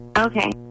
Okay